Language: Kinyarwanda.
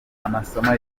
amasomo